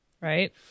Right